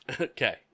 Okay